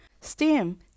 steam